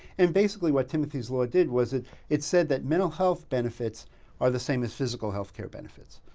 and basically, what timothy's law did was it it said that mental health benefits are the same as physical health care benefits.